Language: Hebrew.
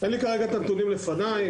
אין לי כרגע את הנתונים לפני.